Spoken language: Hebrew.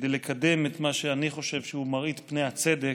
וכדי לקדם את מה שאני חושב שהוא מראית פני הצדק,